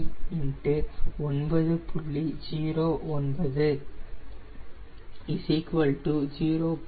09 0